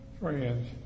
friends